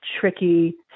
tricky